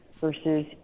versus